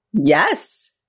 Yes